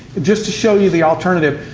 just to show you the alternative.